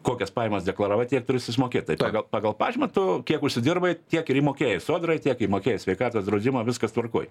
kokias pajamas deklaravai tiek turi sumokėt tai pagal pagal pažymą tu kiek užsidirbai tiek ir įmokėjai sodrai tiek įmokėjai sveikatos draudimą viskas tvarkoj